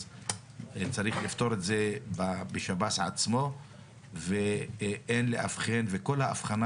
אז צריך לפתור את זה בשב"ס עצמו ואין לאבחן וכל האבחנה